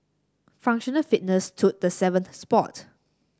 functional fitness took the seventh spot